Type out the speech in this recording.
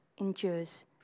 endures